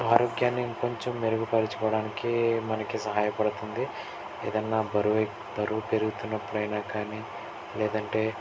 ఆరోగ్యాన్ని ఇంకొంచెం మెరుగుపరుచుకోవడానికీ మనకి సహాయపడుతుంది ఏదన్నా బరువే బరువు పెరుగుతున్నప్పు డైనా కానీ లేదంటే